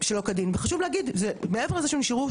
הם עבדו אצל מעסיקים סיעודיים כשיש מחסור